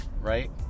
right